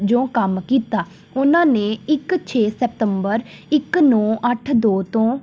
ਜੋਂ ਕੰਮ ਕੀਤਾ ਉਹਨਾਂ ਨੇ ਇੱਕ ਛੇ ਸਤੰਬਰ ਇੱਕ ਨੌਂ ਅੱਠ ਦੋ ਤੋਂ